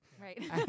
right